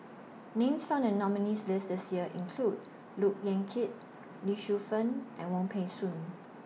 Names found in The nominees' list This Year include Look Yan Kit Lee Shu Fen and Wong Peng Soon